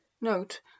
Note